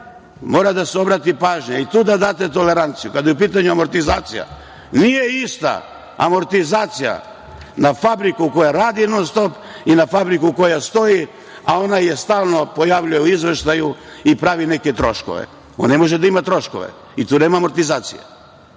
mora da se obrati pažnja, a i tu treba da date toleranciju, kada je u pitanju amortizacija, nije ista amortizacija na fabriku koja radi non-stop i na fabriku koja stoji, a ona se stalno pojavljuje u izveštaju i pravi neke troškove. On ne može da ima troškove i tu nema amortizacije.